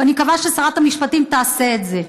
ואני מקווה ששרת המשפטים תעשה את זה.